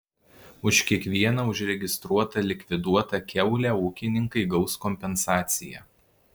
už kiekvieną užregistruotą likviduotą kiaulę ūkininkai gaus kompensaciją